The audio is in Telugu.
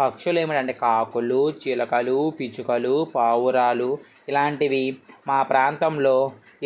పక్షులు ఏమనండీ కాకులు చిలుకలు పిచ్చుకలు పావురాలు ఇలాంటివి మా ప్రాంతంలో